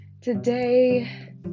Today